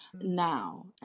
now